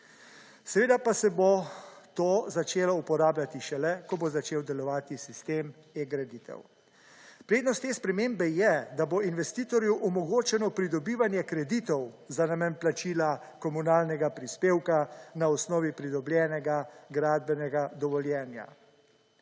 Seveda pa se bo to začelo uporabljati šele, ko bo začel delovati sistem e-graditev. Prednost te spremembe je, da bo investitorju omogočeno pridobivanje kreditov za namen plačila komunalnega prispevka na osnovi pridobljenega gradbenega dovoljenja.